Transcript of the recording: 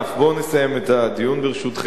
בואו נסיים את הדיון, ברשותכם.